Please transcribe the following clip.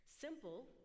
Simple